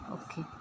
okay